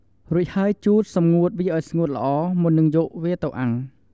រួចហើយជូតសម្ងួតវាឱ្យស្ងួតល្អ មុននឹងយកវាទៅអាំង។